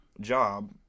job